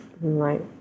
Right